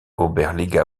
oberliga